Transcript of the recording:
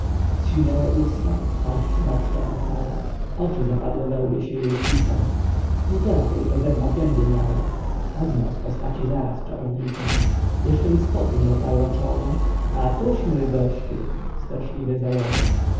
zsiniałe usta twarz zmarszczona cała oczy zapadłe we łbie się jej świcą półtora tylko zęba w gębie miała poznał z postaci zaraz czarownicą jeszcze i z potu nie otarła czoła a tuś mój gościu straszliwie zawoła